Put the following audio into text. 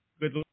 good